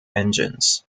engines